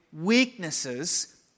weaknesses